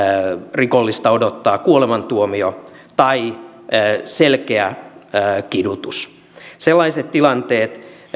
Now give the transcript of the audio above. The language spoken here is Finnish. rikollista odottaa kuolemantuomio tai selkeä kidutus sellaiset tilanteet